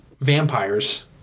vampires